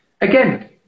Again